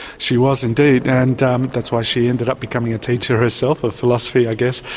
she was indeed. and um that's why she ended up becoming a teacher herself of philosophy i guess.